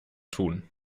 tun